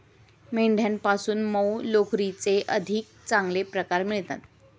मेंढ्यांपासून मऊ लोकरीचे अधिक चांगले प्रकार मिळतात